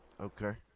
Okay